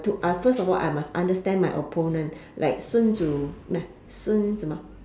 to ah first of all I must understand my opponent like 孙子 孙什么